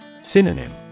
Synonym